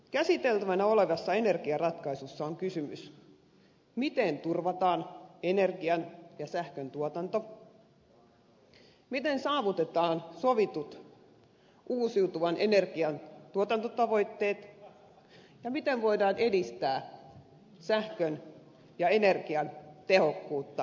käsiteltävänä olevassa energiaratkaisussa on kysymys siitä miten turvataan energian ja sähköntuotanto miten saavutetaan sovitut uusiutuvan energian tuotantotavoitteet ja miten voidaan edistää sähkön ja energian tehokkuutta ja säästöjä